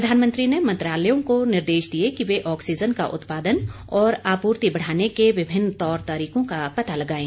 प्रधानमंत्री ने मंत्रालयों को निर्देश दिये कि वे ऑक्सीजन का उत्पादन और आपूर्ति बढाने के विभिन्न तौर तरीकों का पता लगाएं